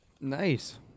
Nice